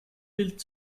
bild